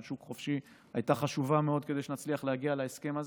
שוק חופשי הייתה חשובה מאוד כדי שנצליח להגיע להסכם הזה.